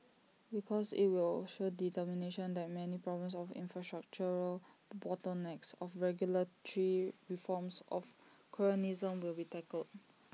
because IT will show determination that many problems of infrastructural bottlenecks of regulatory reforms of cronyism will be tackled